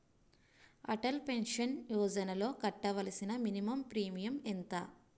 Atal pension యోజనలో కట్టవలసిన minimum premium ఎంత?